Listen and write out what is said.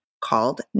called